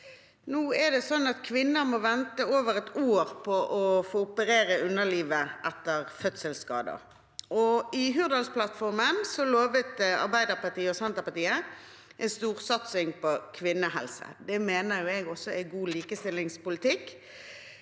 Nå er det sånn at kvinner må vente over et år på å få operert underlivet etter fødselsskader. I Hurdalsplattformen lovet Arbeiderpartiet og Senterpartiet en storsatsing på kvinnehelse. Det mener også jeg er god likestillingspolitikk.